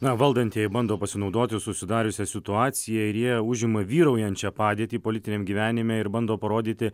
na valdantieji bando pasinaudoti susidariusia situacija ir jie užima vyraujančią padėtį politiniam gyvenime ir bando parodyti